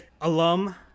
alum